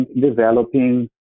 developing